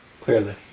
Clearly